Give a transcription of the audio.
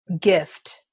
gift